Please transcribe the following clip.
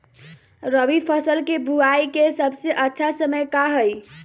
रबी फसल के बुआई के सबसे अच्छा समय का हई?